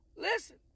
Listen